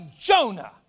Jonah